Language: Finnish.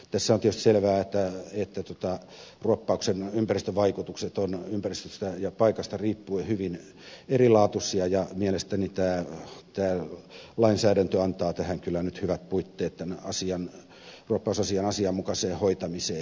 tässä on tietysti selvää että ruoppauksen ympäristövaikutukset ovat ympäristöstä ja paikasta riippuen hyvin erilaatuisia ja mielestäni tämä lainsäädäntö antaa kyllä nyt hyvät puitteet tämän ruoppausasian asianmukaiseen hoitamiseen